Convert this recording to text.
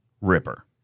Ripper